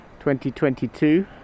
2022